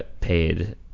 paid